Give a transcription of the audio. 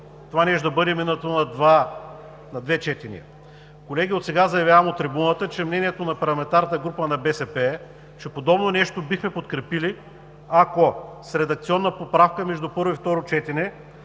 това нещо да бъде минато на две четения, колеги, отсега заявявам от трибуната, че мнението на парламентарната група на БСП е, че подобно нещо бихме подкрепили, ако с редакционна поправка между първо и второ четене